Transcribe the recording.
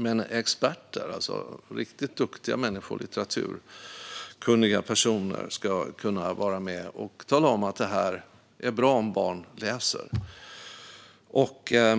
Men experter, riktigt litteraturkunniga personer, ska kunna vara med och säga att det är bra om barn läser detta.